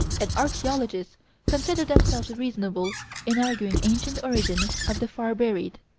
and archaeologists consider themselves reasonable in arguing ancient origin of the far-buried.